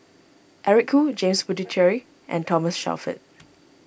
Eric Khoo James Puthucheary and Thomas Shelford